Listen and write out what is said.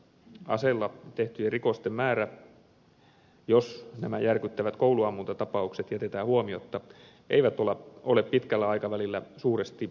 aseella tehtyjen rikosten määrät jos nämä järkyttävät kouluammuntatapaukset jätetään huomiotta eivät ole pitkällä aikavälillä suuresti muuttuneet